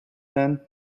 then